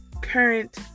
current